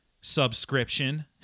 subscription